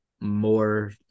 more